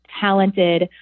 talented